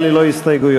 הסתייגות